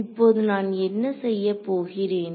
இப்போது நான் என்ன செய்யப் போகிறேன்